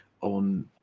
on